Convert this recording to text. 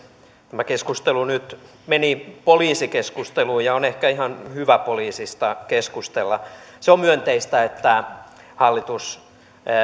tämä keskustelu nyt meni poliisikeskusteluun ja on ehkä ihan hyvä poliisista keskustella se on myönteistä että hallitus